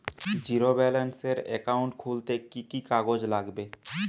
Zero ব্যালেন্সের account খুলতে কি কি কাগজ লাগবে?